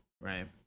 right